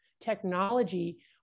technology